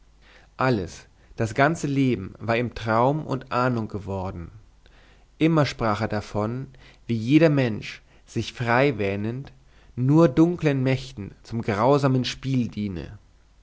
alles das ganze leben war ihm traum und ahnung geworden immer sprach er davon wie jeder mensch sich frei wähnend nur dunklen mächten zum grausamen spiel diene